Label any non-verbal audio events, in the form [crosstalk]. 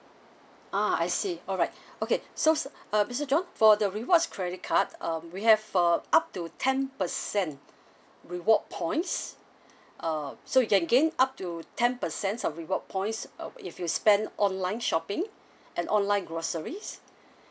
ah I see alright [breath] okay so sir uh mister john for the rewards credit cards um we have for up to ten percent [breath] reward points [breath] uh so you can gain up to ten percent of reward points uh if you spend online shopping [breath] and online groceries [breath]